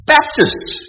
Baptists